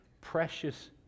precious